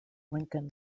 lincoln